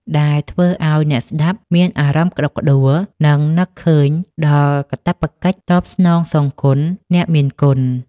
ដែលធ្វើឱ្យអ្នកស្តាប់មានអារម្មណ៍ក្តុកក្តួល និងនឹកឃើញដល់កាតព្វកិច្ចតបស្នងសងគុណអ្នកមានគុណ។